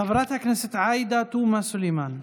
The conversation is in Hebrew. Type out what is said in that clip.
חברת הכנסת עאידה תומא סלימאן,